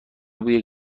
بوی